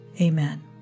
Amen